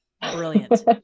Brilliant